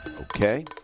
Okay